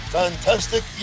Fantastic